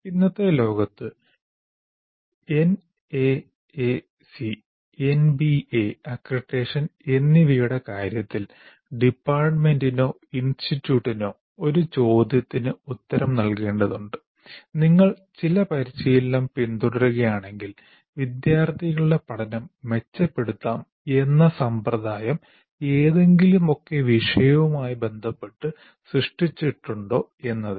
ഇന്നത്തെ ലോകത്ത് NAAC NBA accreditation എന്നിവയുടെ കാര്യത്തിൽ ഡിപ്പാർട്ട്മന്റിനോ ഇൻസ്റ്റിറ്റ്യൂട്ടിനോ ഒരു ചോദ്യത്തിന് ഉത്തരം നൽകേണ്ടതുണ്ട് നിങ്ങൾ ചില പരിശീലനം പിന്തുടരുകയാണെങ്കിൽ വിദ്യാർത്ഥികളുടെ പഠനം മെച്ചപ്പെടുത്താം എന്ന സമ്പ്രദായം ഏതെങ്കിലുമൊക്കെ വിഷയുവുമായി ബന്ധപ്പെട്ടു സൃഷ്ടിച്ചിട്ടുണ്ടോ എന്നതിന്